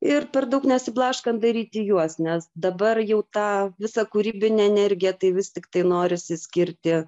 ir per daug nesiblaškant daryti juos nes dabar jau tą visą kūrybinę energiją tai vis tiktai norisi skirti